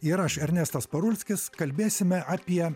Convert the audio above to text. ir aš ernestas parulskis kalbėsime apie